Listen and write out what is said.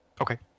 Okay